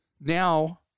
Now